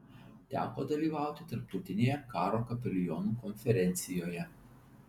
teko dalyvauti tarptautinėje karo kapelionų konferencijoje